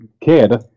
kid